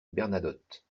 bernadotte